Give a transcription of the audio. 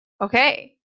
okay